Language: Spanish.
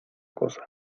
cosa